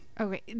okay